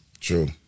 true